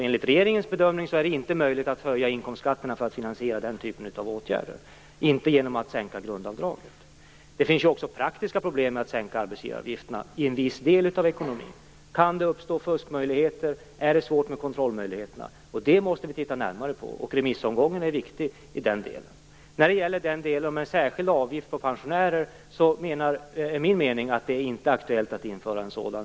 Enligt regeringens bedömning är det inte möjligt att höja inkomstskatterna för att finansiera den typen av åtgärder. Det kan man inte göra genom att sänka grundavdraget. Det finns också praktiska problem med att sänka arbetsgivaravgifterna i en viss del av ekonomin. Kan det uppstå fuskmöjligheter? Är det svårt med kontrollmöjligheterna? Detta måste man titta närmare på, och remissomgången är viktig i denna del. När det gäller den del som handlar om en särskild avgift på pensionärer är det min mening att det inte är aktuellt att införa en sådan.